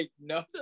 no